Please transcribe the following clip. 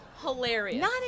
hilarious